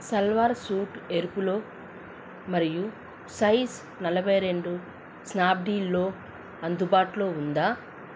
salwar suit ఎరుపులో మరియు size నలభై రెండు స్నాప్డీల్లో అందుబాటులో ఉందా